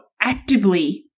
actively